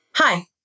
Hi